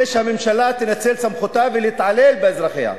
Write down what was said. שהממשלה תנצל את סמכותה ותתעלל באזרחיה,